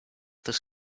this